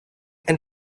and